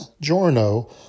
Giorno